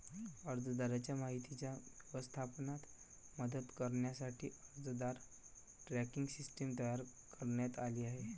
अर्जदाराच्या माहितीच्या व्यवस्थापनात मदत करण्यासाठी अर्जदार ट्रॅकिंग सिस्टीम तयार करण्यात आली आहे